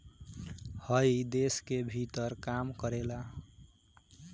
हइ देश के भीतरे काम करेला